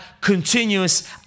continuous